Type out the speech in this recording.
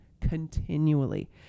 continually